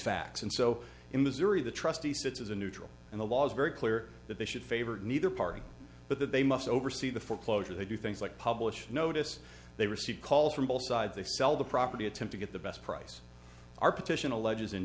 facts and so in missouri the trustee sits as a neutral and the law is very clear that they should favor neither party but that they must oversee the foreclosure they do things like publish notice they receive calls from both sides they sell the property attempt to get the best price our petition alleges in